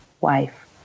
wife